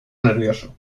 nervioso